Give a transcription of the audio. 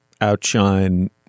outshine